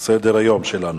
אנחנו ממשיכים בסדר-היום שלנו.